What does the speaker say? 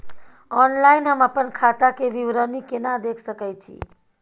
Online हम अपन खाता के विवरणी केना देख सकै छी?